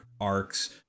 arcs